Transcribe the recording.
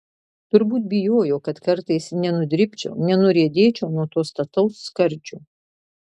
turbūt bijojo kad kartais nenudribčiau nenuriedėčiau nuo to stataus skardžio